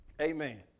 Amen